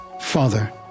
Father